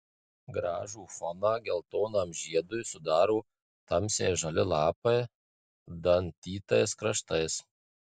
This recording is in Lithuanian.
gražų foną geltonam žiedui sudaro tamsiai žali lapai dantytais kraštais